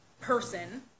person